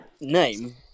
name